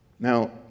Now